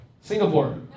Singapore